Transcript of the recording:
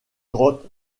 grotte